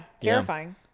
terrifying